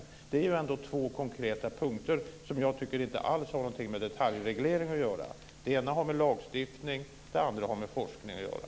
Det är ändå två konkreta punkter som jag tycker inte alls har någonting med detaljreglering att göra. Det ena har med lagstiftning att göra. Det andra har med forskning att göra.